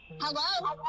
Hello